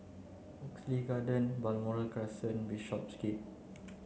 Oxley Garden Balmoral Crescent Bishopsgate